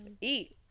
Eat